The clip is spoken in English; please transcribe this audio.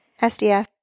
SDF